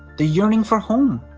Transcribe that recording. the yearning for home,